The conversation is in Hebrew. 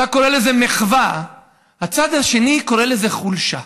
אתה קורא לזה מחווה, הצד השני קורא לזה חולשה.